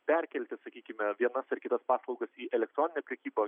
perkelti sakykime vienas ar kitas paslaugas į elektroninę prekybą